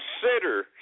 consider